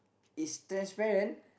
is transparent